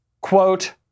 Quote